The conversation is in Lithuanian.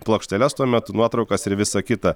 plokšteles tuo metu nuotraukas ir visa kita